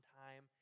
time